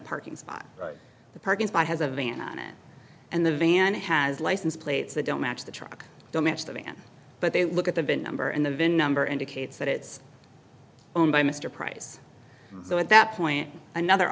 parking spot has a van on it and the van has license plates that don't match the truck don't match the van but they look at the bin number and the vin number indicates that it's owned by mr price so at that point another